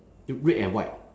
red and white